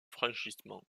franchissement